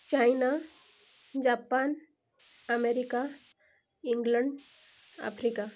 China Japan America England Africa